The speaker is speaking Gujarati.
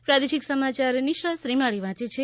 પ્રાદેશિક સમાચાર નિશા શ્રીમાળી વાંચ છે